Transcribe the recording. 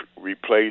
replace